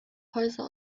häuser